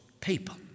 people